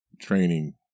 training